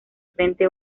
frente